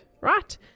right